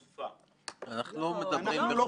הייתי מצפה מכל הרגולטורים,